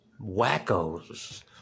wackos